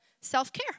self-care